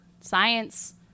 science